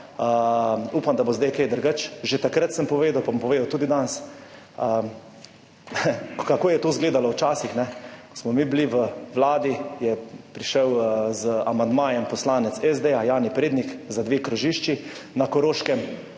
Upam, da bo zdaj kaj drugače. Že takrat sem povedal pa bom povedal tudi danes, kako je to izgledalo včasih. Ko smo bili mi v Vladi, je prišel z amandmajem poslanec SD Jani Prednik za dve krožišči na Koroškem